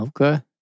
Okay